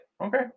Okay